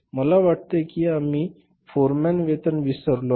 मला वाटते की आम्ही फोरमॅन वेतन विसरलो आहे